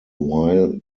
while